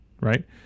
right